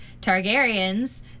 targaryens